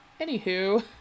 Anywho